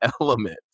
element